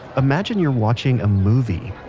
imagine you're watching a movie.